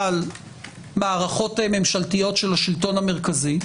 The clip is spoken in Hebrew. על מערכות ממשלתיות של השלטון המרכזי,